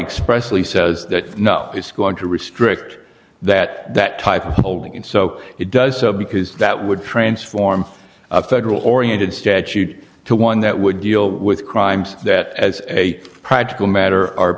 expressly says that it's going to restrict that that type of holding and so it does so because that would transform a federal oriented statute to one that would deal with crimes that as a practical matter